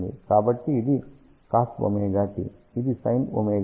కాబట్టి ఇది cos ωt ఇది sin ωt